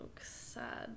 sad